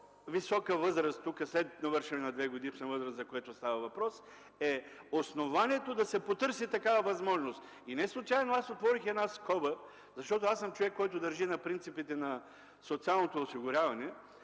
по-висока възраст – след навършване на 2-годишна възраст, за което става въпрос, е основанието да се потърси такава възможност. Неслучайно отворих една скоба, защото съм човек, който държи на принципите на социалното осигуряване: